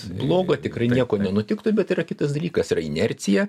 blogo tikrai nieko nenutiktų bet yra kitas dalykas yra inercija